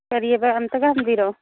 ꯀꯔꯤꯌꯦꯕ ꯑꯃꯨꯛꯇꯒ ꯍꯟꯕꯤꯔꯛꯑꯣ